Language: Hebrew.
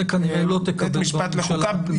זה כנראה לא תקבל בממשלה הזאת.